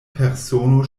persono